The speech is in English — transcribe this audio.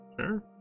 Sure